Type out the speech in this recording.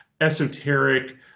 esoteric